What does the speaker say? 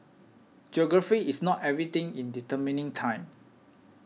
geography is not everything in determining time